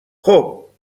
خوب